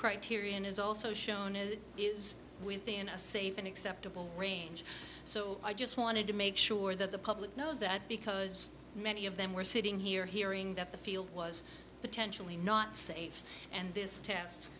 criterion is also shown it is within a safe and acceptable range so i just wanted to make sure that the public knows that because many of them were sitting here hearing that the field was potentially not safe and this test